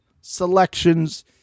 selections